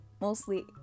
mostly